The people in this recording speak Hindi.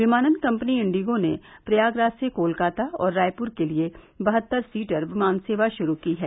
विमानन कम्पनी इण्डिगो ने प्रयागराज से कोलकाता और रायप्र के लिये बहत्तर सीटर विमान सेवा शुरू की है